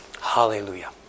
Hallelujah